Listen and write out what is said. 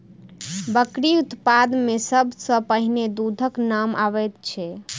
बकरी उत्पाद मे सभ सॅ पहिले दूधक नाम अबैत छै